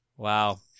Wow